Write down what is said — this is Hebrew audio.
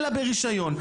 אלא ברישיון.